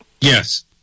Yes